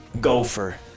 Gopher